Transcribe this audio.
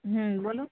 হুম বলুন